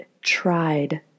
tried